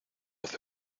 hace